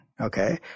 okay